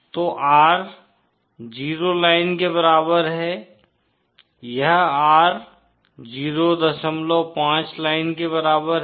तो R 0 line के बराबर है यह R 05 लाइन के बराबर है